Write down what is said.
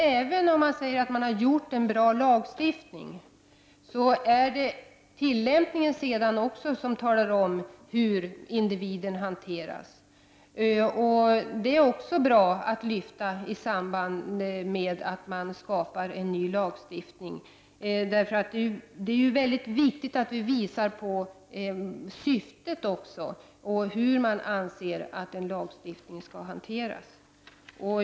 Även om man säger att lagen är bra så talar också tillämpningen om hur individen hanteras. Det är det också viktigt att lyfta fram i samband med att man skapar en ny lagstiftning. Det är väldigt viktigt att vi visar syftet och hur vi anser att lagstiftningen skall hanteras.